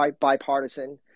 bipartisan